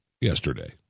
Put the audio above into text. yesterday